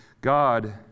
God